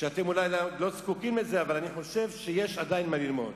אתם אולי לא זקוקים לזה אבל אני חושב שעדיין יש מה ללמוד.